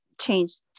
changed